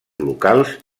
locals